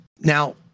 Now